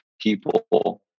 people